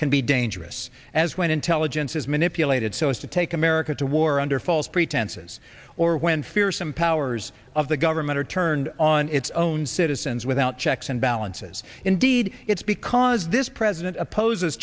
can be dangerous as when intelligence is manipulated so as to take america to war under false pretenses or when fearsome powers of the government are turned on its own citizens without checks and balances indeed it's because this president opposes